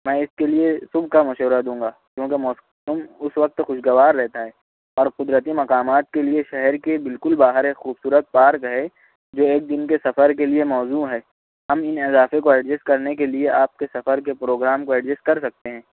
میں اِس کے لیے صُبح کا مشورہ دوں گا کیونکہ موسم اُس وقت خوشگوار رہتا ہے اور قدرتی مقامات کے لیے شہر کے بالکل باہر ایک خوبصورت پارک ہے جو ایک دِن کے سفر کے لیے موزوں ہے ہم اِن علاقے کو ایڈجسٹ کرنے کے لیے آپ کے سفر کے پروگرام کو ایڈجسٹ کر سکتے ہیں